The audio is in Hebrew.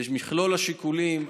במכלול השיקולים,